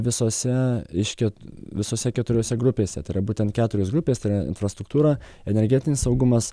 visose reiškia visose keturiose grupėse tai yra būtent keturios grupės tai yra infrastruktūra energetinis saugumas